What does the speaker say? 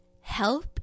help